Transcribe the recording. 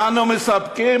אנו מספקים,